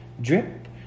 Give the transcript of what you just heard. drip